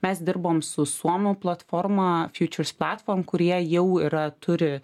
mes dirbom su suomių platforma futures platform kurie jau yra turi